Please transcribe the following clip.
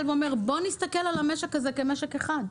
ואומר בואו נסתכל על המשק הזה כמשק אחד,